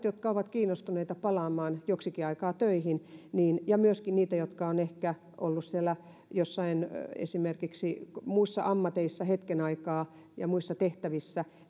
jotka ovat kiinnostuneita palaamaan joksikin aikaa töihin ja myöskin ne jotka ovat ehkä olleet esimerkiksi muissa ammateissa hetken aikaa ja muissa tehtävissä